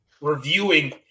reviewing